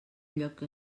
lloc